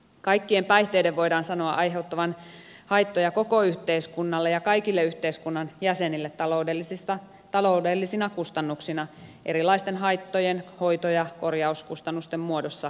kaikkien päihteiden voidaan sanoa aiheuttavan haittoja koko yhteiskunnalle ja kaikille yhteiskunnan jäsenille taloudellisina kustannuksina erilaisten haittojen hoito ja kor jauskustannusten muodossa esimerkiksi